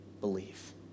believe